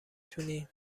تونی